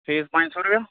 fees पंज सौ रपेआ